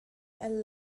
and